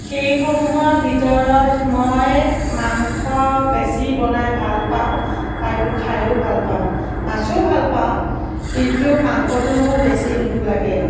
সেইসমূহৰ ভিতৰত মই মাংস বেছি বনাই ভাল পাওঁ আৰু খাইও ভাল পাওঁ মাছো ভাল পাওঁ কিন্তু মাংসটো মোৰ বেছি লোভ লাগে